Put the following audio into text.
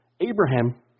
Abraham